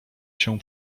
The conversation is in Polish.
się